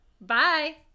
Bye